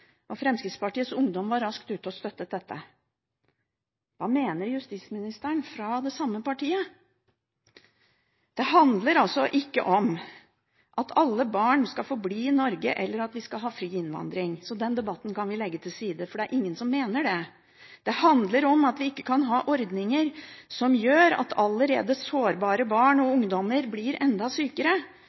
Fremskrittspartiets Ungdom var raskt ute og støttet dette. Hva mener justisministeren – fra det samme partiet? Det handler ikke om at alle barn skal få bli i Norge, eller om at vi skal ha fri innvandring. Den debatten kan vi legge til side, for det er ingen som mener det. Det handler om at vi ikke kan ha ordninger som gjør at allerede sårbare barn og ungdommer blir enda sykere.